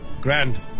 Grand